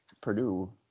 Purdue